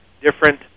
different